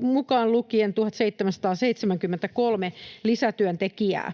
mukaan lukien, 1 773 lisätyöntekijää.